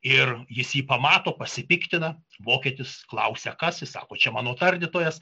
ir jis jį pamato pasipiktina vokietis klausia kas jis sako čia mano tardytojas